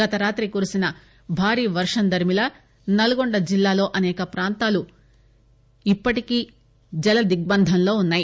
గత రాత్రి కురిసిన భారీ వర్షం దరిమిలా నల్గొండ జిల్లాలో అసేక ప్రాంతాలు ఇప్పటికీ జల దిగ్బంధంలో వున్నాయి